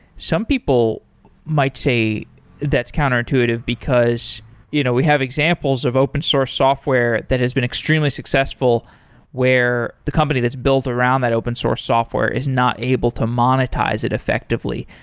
some people might say that's counterintuitive, because you know we we have examples of open source software that has been extremely successful where the company that's built around that open-source software is not able to monetize it effectively.